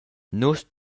nus